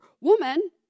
woman